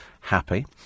happy